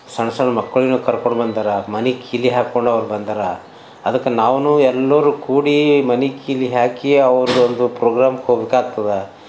ಸಣ್ಣ ಸಣ್ಣ ಮಕ್ಳನ್ನು ಕರ್ಕೊಂಡು ಬಂದಾರೆ ಮನೆಗೆ ಕೀಲಿ ಹಾಕೊಂಡು ಅವರು ಬಂದಾರು ಅದಕ್ಕೆ ನಾವೂನು ಎಲ್ಲರೂ ಕೂಡಿ ಮನೆಗೆ ಕೀಲಿ ಹಾಕಿ ಅವ್ರ್ದು ಒಂದು ಪ್ರೋಗ್ರಾಮ್ಗೆ ಹೋಗೋಕೆ ಆಗ್ತದೆ